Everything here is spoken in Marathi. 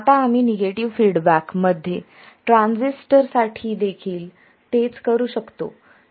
आता आम्ही निगेटिव्ह फीडबॅक मध्ये ट्रांजिस्टरसाठी देखील तेच करू शकतो